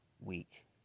week